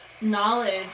knowledge